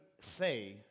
say